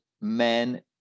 men